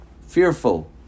fearful